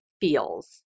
feels